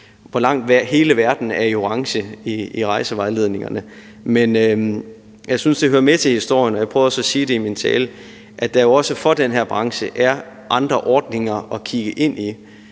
hvor lang tid hele verden er i orange i rejsevejledningerne, men jeg synes, det hører med til historien, og jeg prøvede også at sige det i min tale, at der jo også for den her branche er andre ordninger at kigge ind i.